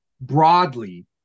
broadly